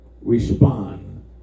respond